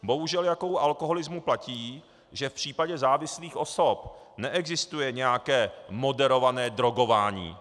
Bohužel, jako u alkoholismu platí, že v případě závislých osob neexistuje nějaké moderované drogování.